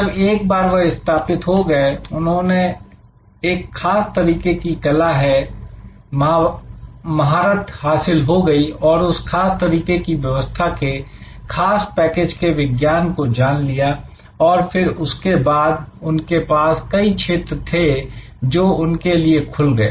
जब एक बार वह स्थापित हो गए और उन्हें एक खास तरीके की कला में महारत हासिल हो गई और उस खास तरीके की व्यवस्था के खास पैकेजेस के विज्ञान को जान लिया फिर उसके बाद उनके पास कई क्षेत्र थे जो उनके लिए खुल गए